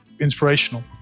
inspirational